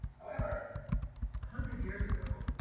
however, a hundred years ago,